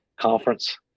conference